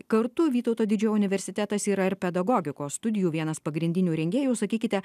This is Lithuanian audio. kartu vytauto didžiojo universitetas yra ir pedagogikos studijų vienas pagrindinių rengėjų sakykite